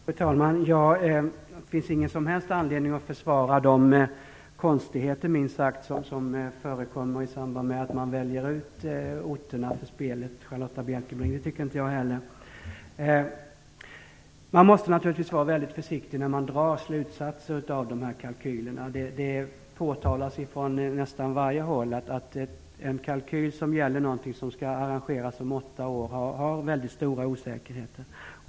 Fru talman! Det finns ingen som helst anledning att försvara de konstigheter som förekommer i samband med att man väljer ut orter för spelet. Det tycker inte jag heller, Charlotta L Bjälkebring. Man måste naturligtvis vara mycket försiktig när man drar slutsatser av de här kalkylerna. Det har påtalats från nästan varje håll att en kalkyl som gäller någonting som skall arrangeras om åtta år är mycket osäker.